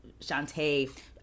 Shantae